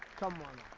come on